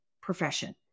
profession